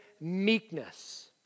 meekness